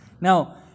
Now